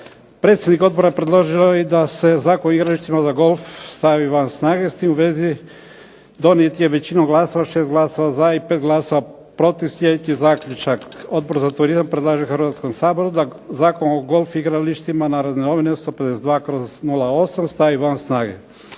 Predsjednik odbora predložio je da se Zakon o igralištima za golf stavi van snage. S tim u vezi donijet je u većinom glasova 6 glasova za i 5 glasova protiv sljedeći zaključak. Odbor za turizam predlaže Hrvatskom saboru da Zakonom o golf igralištima "Narodne novine" 152/08. stavi van snage.